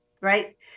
right